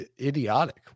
Idiotic